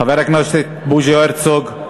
חבר הכנסת בוז'י הרצוג.